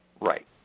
right